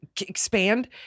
expand